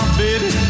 baby